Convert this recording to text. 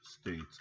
States